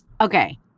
Okay